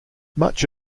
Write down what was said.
much